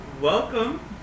welcome